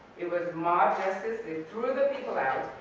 it was mob justice, they threw the people out,